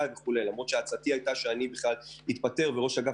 למרות שעצתי הייתה שאתפטר בעצמי וראש אגף